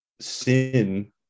sin